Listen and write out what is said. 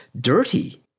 Dirty